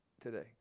today